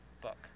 book